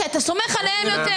כי אתה סומך עליהם יותר.